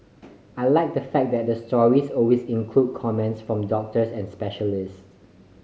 I like the fact that the stories always include comments from doctors and specialists